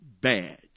bad